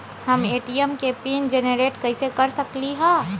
हम ए.टी.एम के pin generate कईसे कर सकली ह?